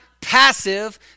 passive